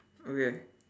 okay